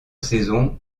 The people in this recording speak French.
saisons